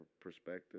perspective